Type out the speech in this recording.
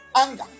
Anger